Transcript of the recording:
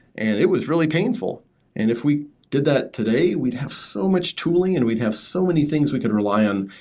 and it was really painful, and if we did that today, we'd have so much tooling and we'd have so many thing we could rely on.